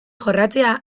jorratzea